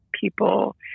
people